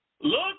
Look